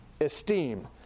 esteem